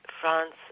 France